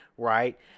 right